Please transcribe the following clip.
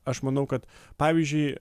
aš manau kad pavyzdžiui